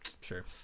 sure